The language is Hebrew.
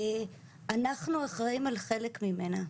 אנחנו אחראים על חלק ממנה,